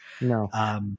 No